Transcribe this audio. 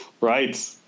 Right